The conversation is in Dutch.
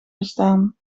bestaan